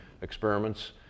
experiments